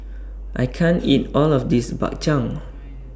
I can't eat All of This Bak Chang